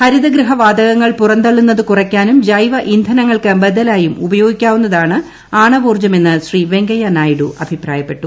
ഹരിത ഗൃഹവാതകങ്ങൾ പുറന്തള്ളുന്നത് കുറയ്ക്കാനും ജൈവ ഇന്ധനങ്ങൾക്ക് ബദലായും ഉപയോഗിക്കാവുന്നതാണ് ആണവോർജ്ജമെന്ന് ശ്രീ വെങ്കയ്യനായിഡു അഭിപ്രായപ്പെട്ടു